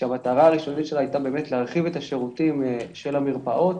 כשהמטרה הראשונית שלה הייתה להרחיב את השירותים של המרפאות